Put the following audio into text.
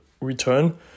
return